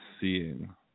seeing